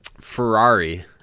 Ferrari